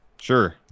Sure